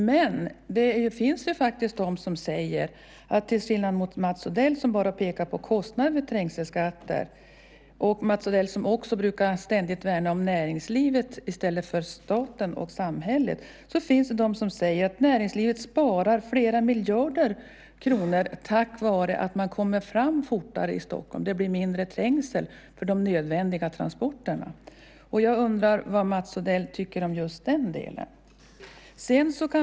Men till skillnad från Mats Odell, som bara pekar på trängselskattens kostnader och som ständigt värnar om näringslivet i stället för om staten och samhället, finns det de som säger att näringslivet sparar flera miljarder kronor tack vare att man kommer fram fortare i Stockholm. Det blir mindre trängsel för de nödvändiga transporterna. Jag undrar vad Mats Odell tycker om just den delen.